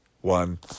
one